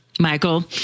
Michael